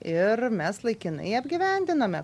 ir mes laikinai apgyvendiname